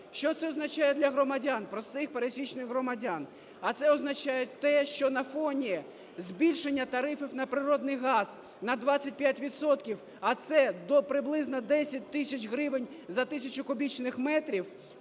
Що це означає для громадян, простих, пересічних громадян? А це означає те, що на фоні збільшення тарифів на природний газ на 25 відсотків, а це до приблизно 10 тисяч гривень за тисячу кубічних метрів,